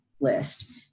list